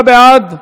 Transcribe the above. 29 בעד,